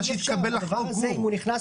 הדבר הזה, אם הוא נכנס